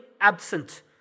absent